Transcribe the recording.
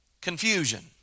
confusion